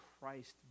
Christ